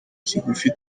kigufi